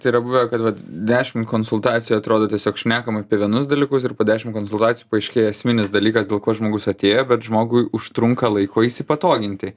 tai yra buvę kad vat dešimt konsultacijų atrodo tiesiog šnekam apie vienus dalykus ir po dešimt konsultacijų paaiškėja esminis dalykas dėl ko žmogus atėjo bet žmogui užtrunka laiko įsipatoginti